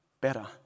Better